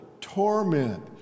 torment